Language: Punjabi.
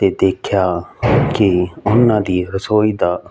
ਅਤੇ ਦੇਖਿਆ ਕਿ ਉਹਨਾਂ ਦੀ ਰਸੋਈ ਦਾ